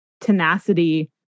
tenacity